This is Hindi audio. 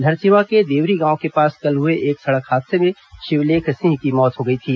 धरसींवा के देवरी गांव के पास कल हुए एक सड़क हादसे में शिवलेख सिंह की मौत हो गई थी